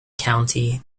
city